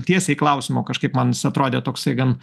tiesiai klausimo kažkaip man jis atrodė toksai gan